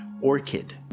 orchid